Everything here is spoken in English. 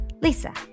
Lisa